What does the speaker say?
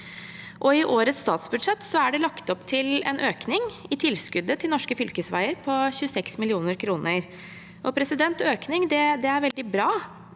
I årets statsbudsjett er det lagt opp til en økning i tilskuddet til norske fylkesveier på 26 mill. kr. Økning er veldig bra,